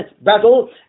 battle